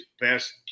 best